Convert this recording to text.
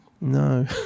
No